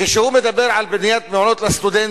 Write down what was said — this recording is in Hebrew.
כשהוא מדבר על בניית מעונות לסטודנטים,